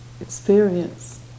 experience